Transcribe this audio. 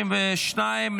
32,